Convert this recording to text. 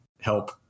help